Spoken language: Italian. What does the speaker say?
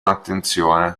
attenzione